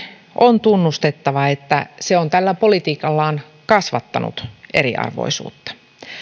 on tunnustettava että se on tällä politiikallaan kasvattanut eriarvoisuutta